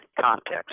context